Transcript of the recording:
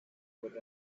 with